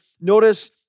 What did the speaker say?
Notice